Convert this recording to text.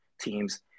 teams